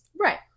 Right